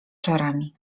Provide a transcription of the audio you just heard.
czorami